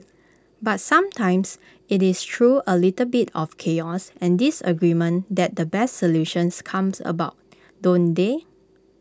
but sometimes IT is through A little bit of chaos and disagreement that the best solutions come about don't they